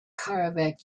kharkiv